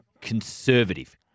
conservative